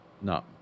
no